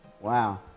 Wow